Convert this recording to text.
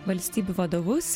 valstybių vadovus